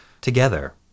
together